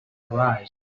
arise